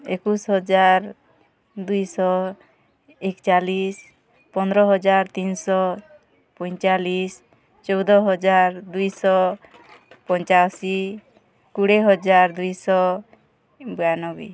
ଏକୋଇଶି ହଜାର ଦୁଇ ଶହ ଏକଚାଳିଶି ପନ୍ଦର ହଜାର ତିନି ଶହ ପଇଁଚାଲିଶି ଚଉଦ ହଜାର ଦୁଇ ଶହ ପାଞ୍ଚାଅଶୀ କୋଡ଼ିଏ ହଜାର ଦୁଇ ଶହ ବୟାନବେ